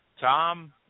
Tom